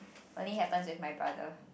only happen with my brother